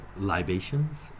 libations